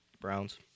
Browns